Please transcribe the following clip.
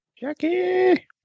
Jackie